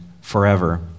forever